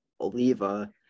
Oliva